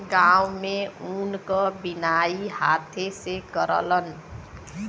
गांव में ऊन क बिनाई हाथे से करलन